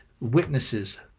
witnesses